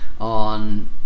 on